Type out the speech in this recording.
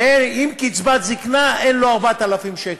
ועם קצבת זיקנה אין לו 4,000 שקל.